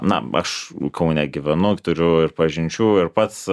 na aš kaune gyvenu turiu ir pažinčių ir pats